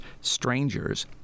Strangers